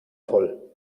voll